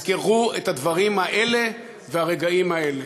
תזכרו את הדברים האלה והרגעים האלה.